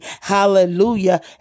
Hallelujah